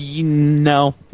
No